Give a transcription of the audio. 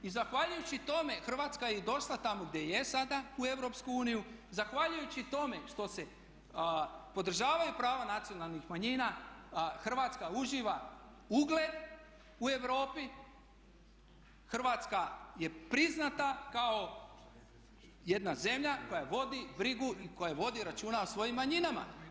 I zahvaljujući tome Hrvatska je i došla tamo gdje je sada, u Europsku uniju, zahvaljujući tome što se podržavaju prava nacionalnih manjina Hrvatska uživa ugled u Europi, Hrvatska je priznata kao jedna zemlja koja vodi brigu i vodi računa o svojim manjinama.